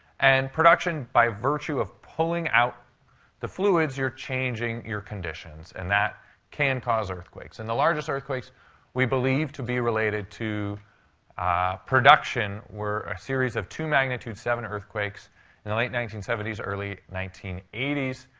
and production by virtue of pulling out the fluids, you're changing your conditions. and that can cause earthquakes. and the largest earthquakes we believe to be related to production were a series of two magnitude seven earthquakes in the late nineteen seventy s, early nineteen eighty s,